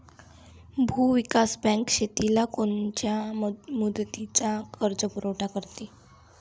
भूविकास बँक शेतीला कोनच्या मुदतीचा कर्जपुरवठा करते?